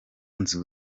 nzu